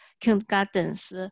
kindergartens